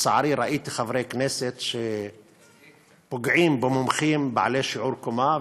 כשלצערי ראיתי חברי כנסת שפוגעים במומחים בעלי שיעור קומה,